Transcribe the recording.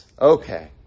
Okay